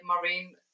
Marine